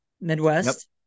Midwest